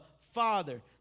Father